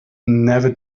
never